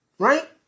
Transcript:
Right